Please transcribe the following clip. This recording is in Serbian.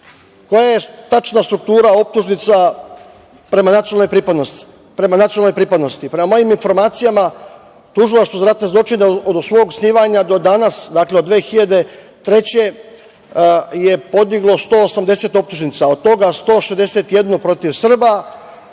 koja je tačna struktura optužnica prema nacionalnoj pripadnosti? Prema mojim informacijama, Tužilaštvo za ratne zločine od svog osnivanja do danas, dakle, od 2003. godine je podiglo 180 optužnica, a od toga 161 protiv Srba,